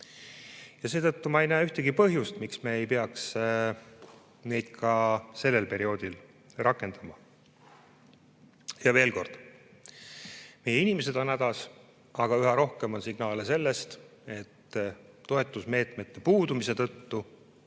Seetõttu ma ei näe ühtegi põhjust, miks me ei peaks neid ka sellel perioodil rakendama. Veel kord: meie inimesed on hädas. Aga üha rohkem on signaale, et toetusmeetmete puudumise tõttu